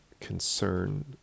concern